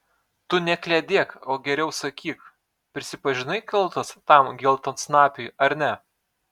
tu nekliedėk o geriau sakyk prisipažinai kaltas tam geltonsnapiui ar ne